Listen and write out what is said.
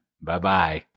Bye-bye